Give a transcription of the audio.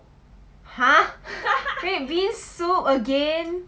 !huh! red bean soup again